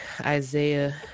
Isaiah